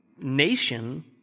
nation